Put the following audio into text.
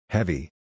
Heavy